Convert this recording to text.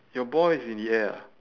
your ball is in the air ah